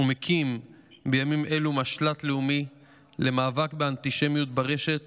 הוא מקים בימים אלו משל"ט לאומי למאבק באנטישמיות ברשת